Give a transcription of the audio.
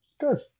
Good